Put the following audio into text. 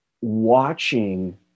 watching